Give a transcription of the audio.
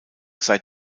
seit